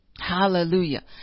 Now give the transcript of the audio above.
hallelujah